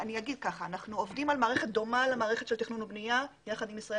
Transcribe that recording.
אנחנו עובדים על מערכת דומה למערכת של תכנון ובנייה יחד עם ישראל